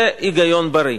זה היגיון בריא.